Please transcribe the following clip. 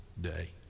day